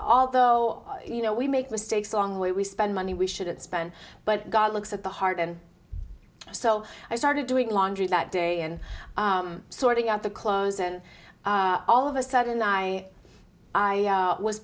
although you know we make mistakes along the way we spend money we should have spent but god looks at the heart and so i started doing laundry that day and sorting out the clothes and all of a sudden i